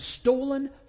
stolen